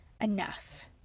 enough